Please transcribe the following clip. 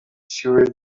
sure